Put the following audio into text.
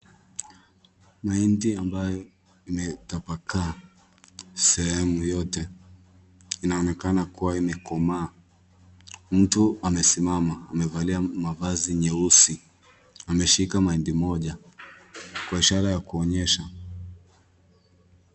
Mahindi ambayo imetupakaa; sehemu yote. Inaonekana kuwa imekomaa. Mtu amesimama, amevalia mavazi nyeusi. Ameshika mahindi moja. Kwa ishara ya kuonyesha.